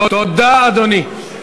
תודה, אדוני.